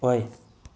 ꯑꯣꯏ